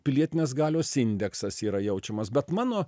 pilietinės galios indeksas yra jaučiamas bet mano